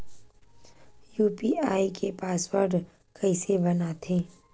UPI के password कइसे बनाथे?